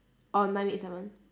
on nine eight seven